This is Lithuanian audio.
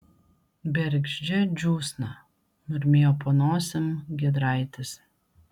bergždžia džiūsna murmėjo po nosim giedraitis